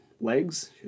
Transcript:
legs